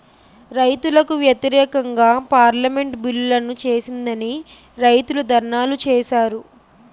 రైతులకు వ్యతిరేకంగా పార్లమెంటు బిల్లులను చేసిందని రైతులు ధర్నాలు చేశారు